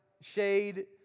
shade